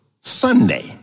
Sunday